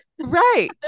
Right